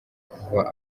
kuva